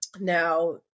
Now